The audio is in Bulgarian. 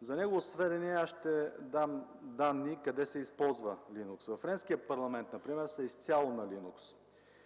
За негово сведение ще дам данни къде се използва Linux. Във френския парламент например са изцяло на Linux;